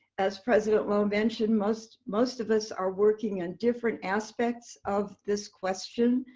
as president loh mentioned, most most of us are working on different aspects of this question,